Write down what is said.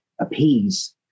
appease